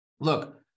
look